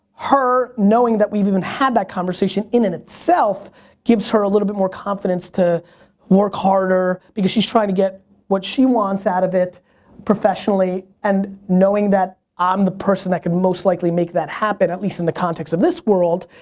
her knowing that we've even had that conversation in and itself gives her a little bit more confidence to work harder because she's trying to get what she wants out of it professionally and knowing that i'm the person that can most likely make that happen, at least in the context of this world,